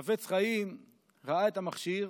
החפץ חיים ראה את המכשיר,